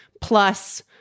plus